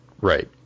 Right